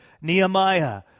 Nehemiah